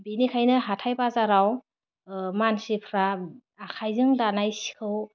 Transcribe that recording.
बिनिखायनो हाथाइ बाजाराव मानसिफ्रा आखाइजों दानाय सिखौ